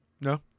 No